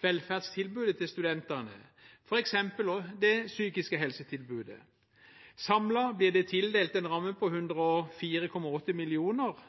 velferdstilbudet til studentene, f.eks. det psykiske helsetilbudet. Samlet blir det tildelt en ramme på 104,8 mill. kr,